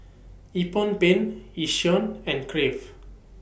Nippon Paint Yishion and Crave